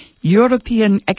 European